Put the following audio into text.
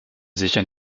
sicher